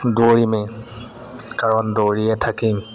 দৌৰিমেই কাৰণ দৌৰিয়ে থাকিম